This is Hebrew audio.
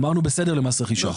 אמרנו בסדר למס רכישה.